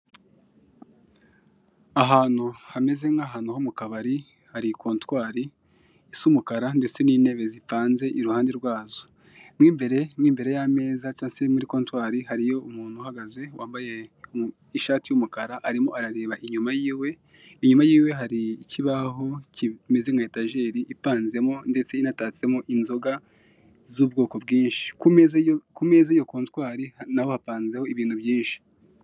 Ahantu hameze neza nko mukabari haragaragara igikuta cy'amatafari ahiye ndetse mw'imbere haragaragara intebe zipanze neza ndetse n'ameza cyangwa se kontwari iri hakurya ifite akabati gapanzeho inzoga ndetse na firigo iriho icyapa cya skol